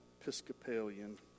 Episcopalian